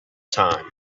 time